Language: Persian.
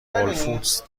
هولفودز